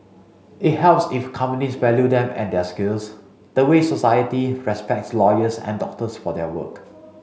it helps if companies value them and their skills the way society respects lawyers and doctors for their work